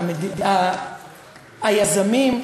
היזמים.